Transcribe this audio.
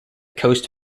coast